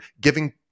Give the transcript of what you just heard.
giving